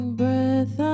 breath